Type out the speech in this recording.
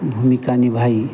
भूमिका निभाई